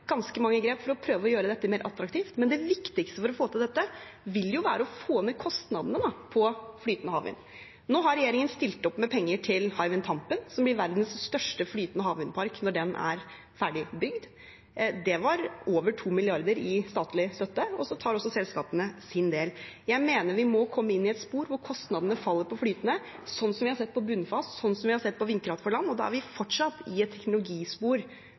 ganske mange grep for å prøve å gjøre dette mer attraktivt. Men det viktigste for å få til dette vil være å få ned kostnadene på flytende havvind. Nå har regjeringen stilt opp med penger til Hywind Tampen, som blir verdens største flytende havvindpark når den er ferdig bygd. Det var over 2 mrd. kr i statlig støtte. Så tar også selskapene sin del. Jeg mener vi må komme inn i et spor hvor kostnadene faller på flytende havvind, som vi har sett i forbindelse med bunnfast havvind og vindkraft på land. Vi er fortsatt i et teknologispor